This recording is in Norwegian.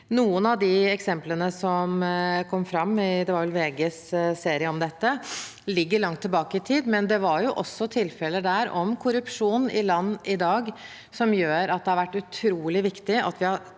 Noen av eksemplene som kom fram i VGs serie om dette, ligger langt tilbake i tid, men det var også tilfeller med korrupsjon i land i dag, noe som gjør at det har vært utrolig viktig at vi har